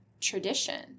tradition